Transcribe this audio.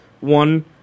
One